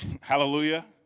hallelujah